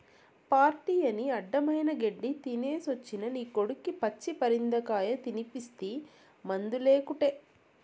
party అని అడ్డమైన గెడ్డీ తినేసొచ్చిన నీ కొడుక్కి పచ్చి పరిందకాయ తినిపిస్తీ మందులేకుటే